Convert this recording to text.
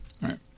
Right